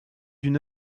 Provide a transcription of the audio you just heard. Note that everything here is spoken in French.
d’une